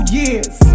years